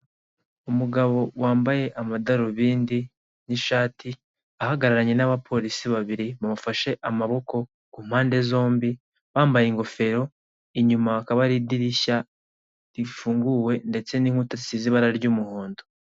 Umugabo wambaye amadarubindi n'ishati ahagararanye n'abapolisi babiri bamufashe amaboko ku mpande zombi, bambaye ingofero, inyuma hakaba hari idirishya rifunguwe ndetse n'inkuta zisize ibara ry'umuhondo.